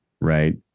right